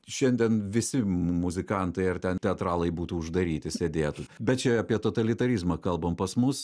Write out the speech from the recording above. šiandien visi muzikantai ar ten teatralai būtų uždaryti sėdėtų bet čia apie totalitarizmą kalbam pas mus